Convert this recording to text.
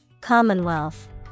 Commonwealth